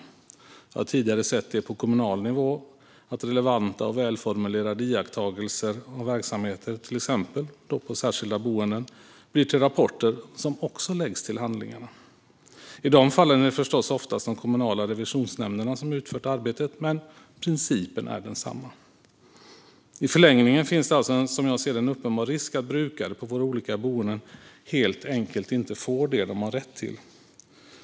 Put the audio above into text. Jag har tidigare sett på kommunal nivå att relevanta och välformulerade iakttagelser av verksamheter, till exempel på särskilda boenden, blir till rapporter som också läggs till handlingarna. I de fallen är det förstås oftast de kommunala revisionsnämnderna som utfört arbetet, men principen är densamma. I förlängningen finns det alltså som jag ser det en uppenbar risk för att brukare på våra olika boenden helt enkelt inte får det de har rätt till.